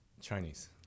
Chinese